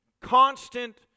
constant